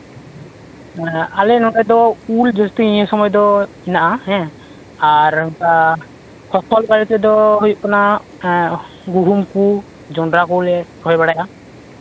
ᱟᱞᱮ ᱱᱚᱰᱮ ᱫᱚ ᱩᱞ ᱡᱟᱹᱥᱛᱤ ᱱᱤᱭᱟᱹ ᱥᱚᱢᱚᱭ ᱫᱚᱦᱮᱱᱟᱜᱼᱟ ᱦᱮᱸ ᱟᱨ ᱚᱱᱠᱟ ᱯᱷᱚᱥᱚᱞ ᱵᱟᱨᱮ ᱛᱮᱫᱚ ᱦᱩᱭᱩᱜ ᱠᱟᱱᱟ ᱜᱩᱦᱩᱢ ᱠᱚ ᱡᱚᱱᱰᱨᱟ ᱠᱚᱜᱮ ᱨᱚᱦᱚᱭ ᱵᱟᱲᱟᱭᱟ